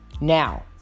Now